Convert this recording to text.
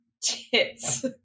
tits